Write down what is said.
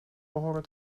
behoren